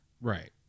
right